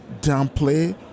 downplay